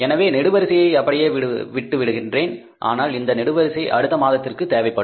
எனவே இந்த நெடுவரிசையை அப்படியே விடுகின்றேன் ஆனால் இந்த நெடுவரிசை அடுத்த மாதத்திற்கு தேவைப்படும்